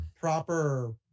proper